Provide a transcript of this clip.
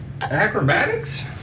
Acrobatics